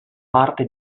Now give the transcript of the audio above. parte